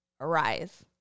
arise